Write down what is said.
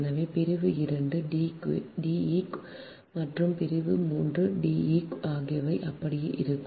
எனவே பிரிவு 2 Deq மற்றும் பிரிவு 3 Deq ஆகியவை அப்படியே இருக்கும்